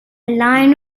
line